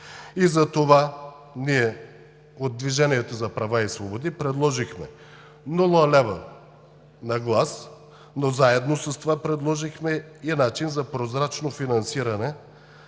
партии. Ние от „Движението за права и свободи“ предложихме нула лева на глас, но заедно с това предложихме и начин за прозрачно финансиране